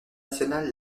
nationale